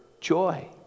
joy